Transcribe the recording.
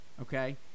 okay